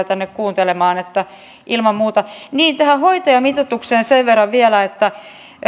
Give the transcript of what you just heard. tänne kuuntelemaan ilman muuta niin tähän hoitajamitoitukseen sen verran vielä että